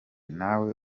ntawe